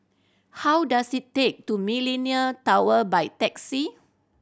how does it take to Millenia Tower by taxi